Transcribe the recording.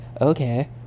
okay